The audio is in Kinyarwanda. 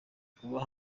kuba